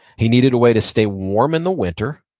he needed a way to stay warm in the winter.